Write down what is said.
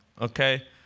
okay